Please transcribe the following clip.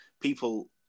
people